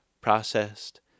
processed